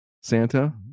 Santa